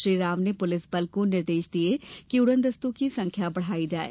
श्री राव ने पुलिस बल को निर्देश दिये कि उड़नदस्तों की संख्या बढ़ाई जाये